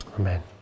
Amen